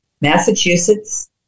Massachusetts